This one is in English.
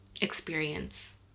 experience